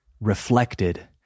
reflected